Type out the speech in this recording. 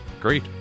Great